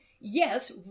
yes